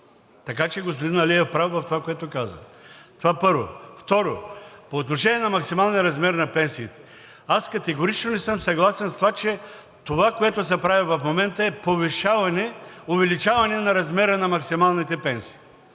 Така че господин Али е прав в това, което каза. Това, първо. Второ, по отношение на максималния размер на пенсиите. Аз категорично не съм съгласен с това, че това, което се прави в момента, е повишаване, увеличаване на размера на максималните пенсии.